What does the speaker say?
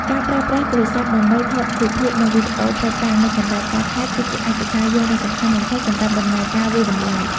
ការប្រើប្រាស់ទូរស័ព្ទដើម្បី ថតរូបភាព និងវីដេអូភស្តុតាង នៅកន្លែងកើតហេតុ គឺជាឯកសារយោងដ៏សំខាន់បំផុតសម្រាប់ដំណើរការវាយតម្លៃ។